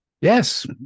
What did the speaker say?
Yes